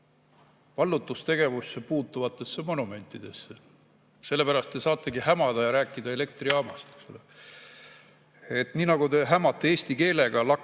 vallutustegevusse puutuvatele monumentidele. Sellepärast te saategi hämada ja rääkida elektrijaamast. Nii nagu te hämate eesti keelega lakkamatult,